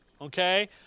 Okay